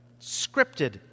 scripted